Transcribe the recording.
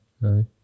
no